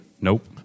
Nope